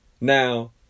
Now